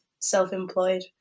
self-employed